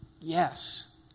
Yes